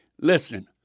Listen